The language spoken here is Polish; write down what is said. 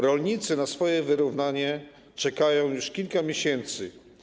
Rolnicy na swoje wyrównanie czekają już kilka miesięcy.